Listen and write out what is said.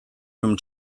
from